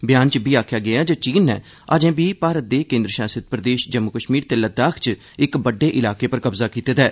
बयान च इब्बी आखेआ गेआ ऐ जे चीन नै अजें बी भारत दे केन्द्र शासित प्रदेश जम्मू कश्मीर ते लद्दाख च इक बड्डे इलाके पर कब्जा कीते दा ऐ